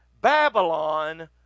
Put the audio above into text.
Babylon